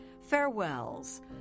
Farewells